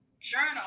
journal